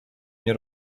nie